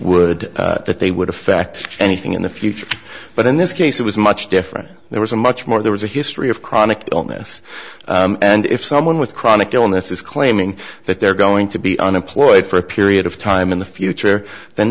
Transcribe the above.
would that they would affect anything in the future but in this case it was much different there was a much more there was a history of chronic illness and if someone with chronic illness is claiming that they're going to be unemployed for a period of time in the future th